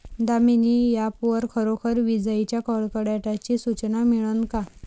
Damini app वर खरोखर विजाइच्या कडकडाटाची सूचना मिळन का?